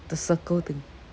the circle thing